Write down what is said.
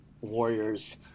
Warriors